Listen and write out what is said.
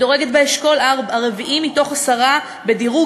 מדורגת באשכול הרביעי מתוך עשרה בדירוג